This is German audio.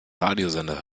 radiosender